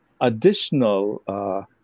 additional